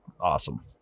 awesome